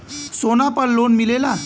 सोना पर लोन मिलेला?